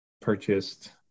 purchased